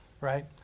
right